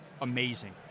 amazing